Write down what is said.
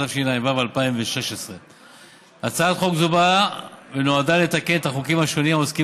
התשע"ו 2016. הצעת חוק זו נועדה לתקן את החוקים השונים העוסקים